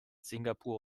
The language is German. singapur